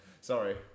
Sorry